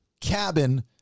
cabin